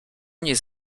mnie